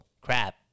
crap